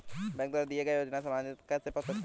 Bank द्वारा दिए गए योजनाएँ समाज तक कैसे पहुँच सकते हैं?